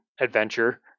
adventure